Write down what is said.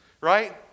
right